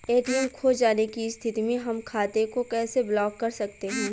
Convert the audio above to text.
ATM खो जाने की स्थिति में हम खाते को कैसे ब्लॉक कर सकते हैं?